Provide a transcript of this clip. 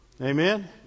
Amen